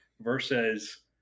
versus